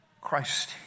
Christ